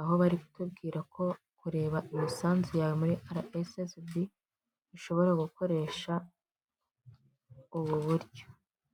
aho bari kutubwira ko kureba imisanzu yawe ara esesibi ushobora gukoresha ubu buryo.